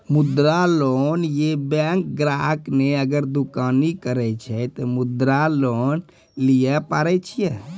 मुद्रा लोन ये बैंक ग्राहक ने अगर दुकानी करे छै ते मुद्रा लोन लिए पारे छेयै?